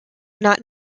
not